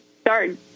start